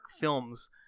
films